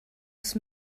ist